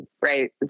right